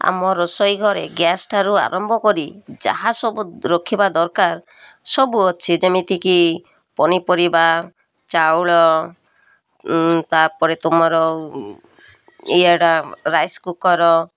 ଆମ ରୋଷେଇ ଘରେ ଗ୍ୟାସ ଠାରୁ ଆରମ୍ଭ କରି ଯାହା ସବୁ ରଖିବା ଦରକାର ସବୁ ଅଛି ଯେମିତିକି ପନିପରିବା ଚାଉଳ ତା'ପରେ ତୁମର ରାଇସ୍ କୁକର୍